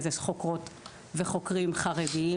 אז יש חוקרות וחוקרים חרדיים.